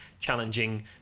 challenging